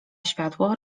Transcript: światło